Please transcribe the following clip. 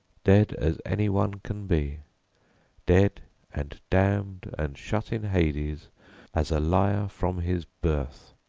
dead as any one can be dead and damned and shut in hades as a liar from his birth,